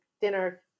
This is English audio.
dinner